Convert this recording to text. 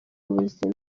buzima